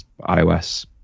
ios